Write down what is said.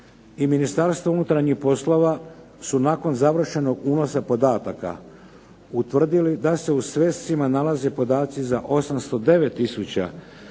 i Ministarstvo unutarnjih poslova su nakon završenog unosa podataka utvrdili da se u svescima nalaze podaci za 809 tisuća